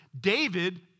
David